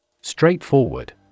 Straightforward